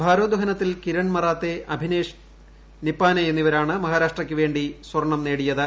ഭാരോദ്ധഹനത്തിൽ കിരൺ മറാത്തെ അഭിഷേക് നിപ്പാനെ എന്നിവരാണ് മഹാരാഷ്ട്രയ്ക്കുവേി സർണ്ണം നേടിയത്